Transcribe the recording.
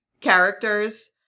characters